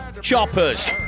choppers